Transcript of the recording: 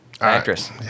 Actress